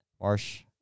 Marsh